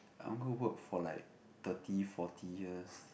I'm go work for like thirty forty years